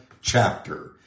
chapter